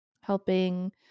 helping